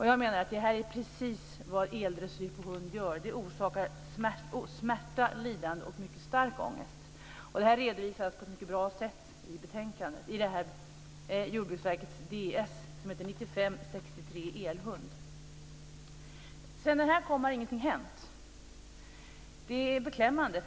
Det här är precis vad eldressyr av hund gör. Det orsakar smärta, lidande och mycket stark ångest. Det här redovisas på ett mycket bra sätt i Ds 1995:63, Elhund. Sedan den utredningen kom har ingenting hänt. Det är beklämmande.